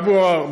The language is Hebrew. אבו עראר,